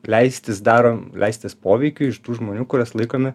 leistis daro leistis poveikiui iš tų žmonių kuriuos laikome